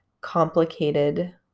complicated